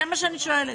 זה מה שאני שואלת.